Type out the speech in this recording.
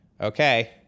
Okay